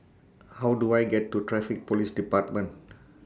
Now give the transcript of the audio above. How Do I get to Traffic Police department